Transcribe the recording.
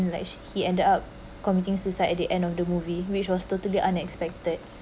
and like he ended up committing suicide at the end of the movie which was totally unexpected